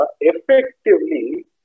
Effectively